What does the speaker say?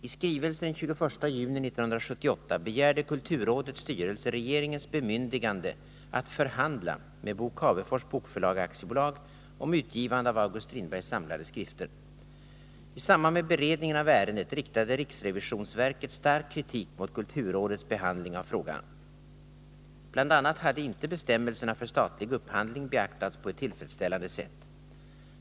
I skrivelse den 21 juni 1978 begärde kulturrådets styrelse regeringens bemyndigande att förhandla med Bo Cavefors Bokförlag AB om utgivande av August Strindbergs samlade skrifter. I samband med beredningen av ärendet riktade riksrevisionsverket stark kritik mot kulturrådets behandling av frågan. Bl. a. hade inte bestämmelserna för statlig upphandling beaktats på ett tillfredsställande sätt.